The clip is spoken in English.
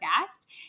guest